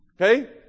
Okay